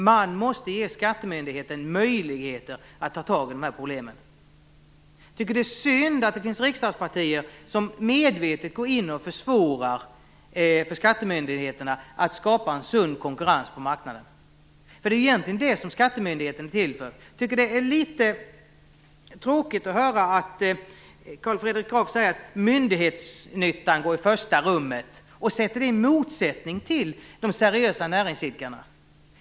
Man måste ge skattemyndigheten möjligheter att ta i de här problemen. Jag tycker det är synd att det finns riksdagspartier som medvetet går in och försvårar för skattemyndigheterna att skapa en sund konkurrens på marknaden. Det är ju egentligen det som skattemyndigheterna är till för. Det är litet tråkigt att höra Carl Fredrik Graf säga att myndighetsnyttan går i första rummet och sätta det i motsättning till de seriösa näringsidkarna.